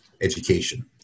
education